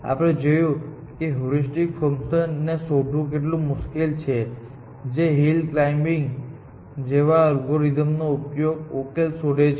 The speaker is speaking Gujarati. આપણે જોયું છે કે હ્યુરિસ્ટિક ફંકશન ને શોધવું કેટલું મુશ્કેલ છે જે હિલ ક્લાઇમ્બિંગ જેવા અલ્ગોરિધમનો ઉકેલ શોધે છે